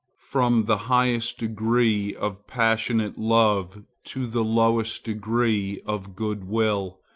from the highest degree of passionate love to the lowest degree of good-will,